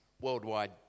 worldwide